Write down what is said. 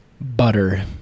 Butter